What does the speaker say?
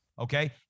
okay